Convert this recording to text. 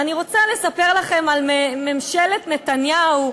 ואני רוצה לספר לכם על ממשלת נתניהו,